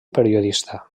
periodista